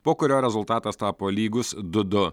po kurio rezultatas tapo lygus du du